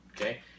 okay